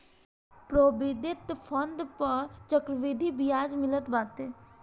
provident fund पअ चक्रवृद्धि बियाज मिलत बाटे